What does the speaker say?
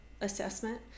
assessment